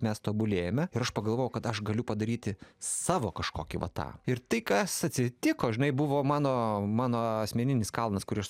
mes tobulėjame ir aš pagalvojau kad aš galiu padaryti savo kažkokį a tą ir tai kas atsitiko žinai buvo mano mano asmeninis kalnas kurį aš